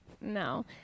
no